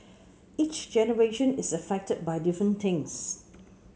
each generation is affected by different things